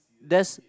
that's